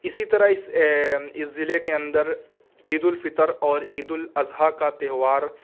اسی طرح اس اس ضلعے کے اندر عید الفطر اور عید الاضحیٰ کا تہوار